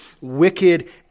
wicked